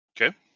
Okay